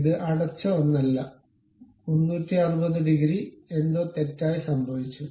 ഇത് അടച്ച ഒന്നല്ല 360 ഡിഗ്രി എന്തോ തെറ്റായി സംഭവിച്ചു